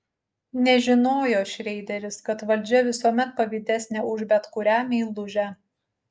nežinojo šreideris kad valdžia visuomet pavydesnė už bet kurią meilužę